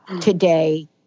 today